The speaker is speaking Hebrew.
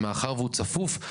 מאחר והוא צפוף,